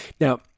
Now